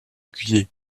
guiers